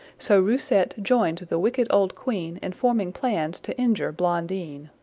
so roussette joined the wicked old queen in forming plans to injure blondine.